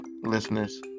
listeners